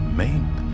make